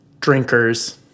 drinkers